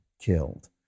killed